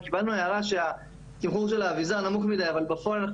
אם קיבלנו הערה שהתמחור של האביזר נמוך מדי אבל בפועל אנחנו